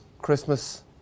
Christmas